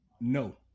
No